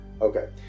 Okay